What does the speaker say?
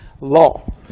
law